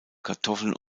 kartoffeln